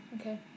Okay